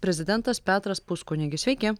prezidentas petras puskunigis sveiki